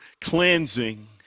cleansing